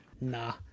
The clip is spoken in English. Nah